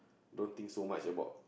don't think so much about